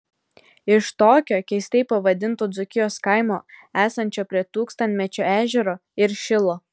iš tokio keistai pavadinto dzūkijos kaimo esančio prie tūkstantmečio ežero ir šilo